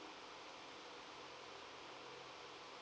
S